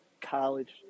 college